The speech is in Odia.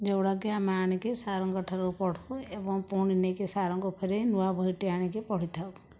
ଯେଉଁଗୁଡ଼ିକକି ଆମେ ଆଣିକି ସାର୍ଙ୍କଠାରୁ ପଢ଼ୁ ଏବଂ ପୁଣି ନେଇକି ସାର୍ଙ୍କୁ ଫେରାଇ ନୂଆ ବହିଟି ଆଣିକି ପଢ଼ିଥାଉ